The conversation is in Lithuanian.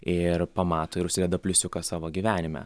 ir pamato ir užsideda pliusiuką savo gyvenime